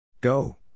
Go